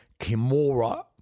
kimura